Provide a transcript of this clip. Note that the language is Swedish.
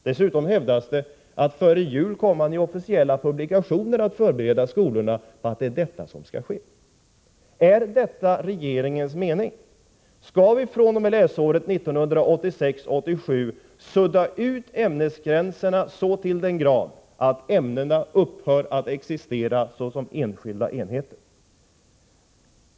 Dessutom hävdas det att man före jul i officiella publikationer kommer att förbereda skolorna på att en övergång till ämnesövergripande undervisning är vad som skall ske. Är detta regeringens mening? Skall vi fr.o.m. läsåret 1986/87 sudda ut ämnesgränserna så till den grad att ämnena upphör att existera såsom enskilda enheter?